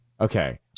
Okay